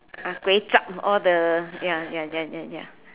ah kway-zhap all the ya ya ya ya ya